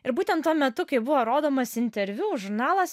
ir būtent tuo metu kai buvo rodomas interviu žurnalas